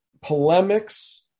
polemics